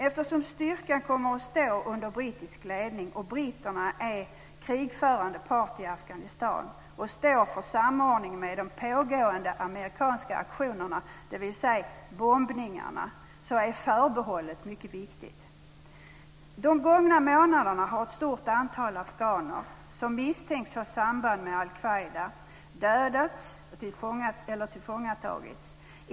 Eftersom styrkan kommer att stå under brittisk ledning och britterna är krigförande part i Afghanistan och står för samordningen med de pågående amerikanska aktionerna, dvs. bombningarna, är förbehållet mycket viktigt. De gångna månaderna har ett stort antal afghaner som misstänks ha samband med al-Qaida dödats eller tillfångatagits.